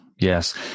Yes